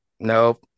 nope